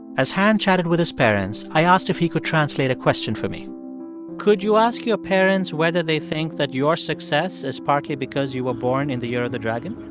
as han chatted with his parents, i asked if he could translate a question for me could you ask your parents whether they think that your success is partly because you were born in the year of the dragon?